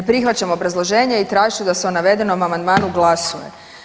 Ne prihvaćam obrazloženje i tražit ću da se o navedenom amandmanu glasuje.